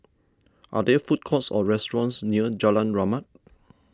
are there food courts or restaurants near Jalan Rahmat